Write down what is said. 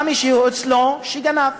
בא אליו מישהו שגנב.